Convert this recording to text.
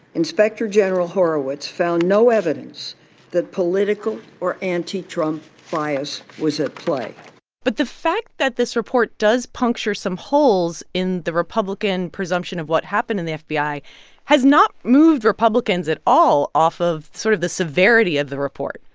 inspector general horowitz found no evidence that political or anti-trump bias was at play but the fact that this report does puncture some holes in the republican presumption of what happened in the fbi has not moved republicans at all off of sort of the severity of the report.